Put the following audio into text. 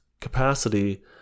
capacity